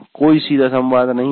कोई सीधा संवाद नहीं है